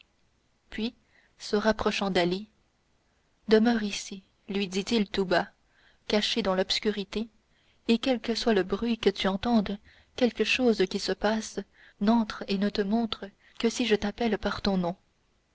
puis se rapprochant d'ali demeure ici lui dit-il tout bas caché dans l'obscurité et quel que soit le bruit que tu entendes quelque chose qui se passe n'entre et ne te montre que si je t'appelle par ton nom